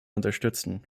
unterstützen